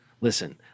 Listen